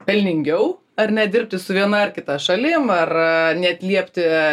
pelningiau ar nedirbti su viena ar kita šalim ar neatliepti